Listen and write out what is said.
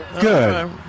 Good